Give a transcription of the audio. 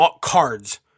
cards